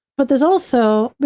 but there's also you